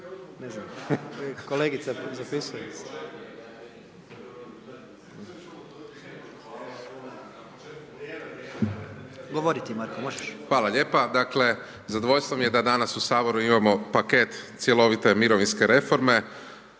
ti Marko, možeš. **Pavić, Marko (HDZ)** Hvala lijepa. Dakle zadovoljstvo mi je da danas u Saboru imamo paket cjelovite mirovinske reforme.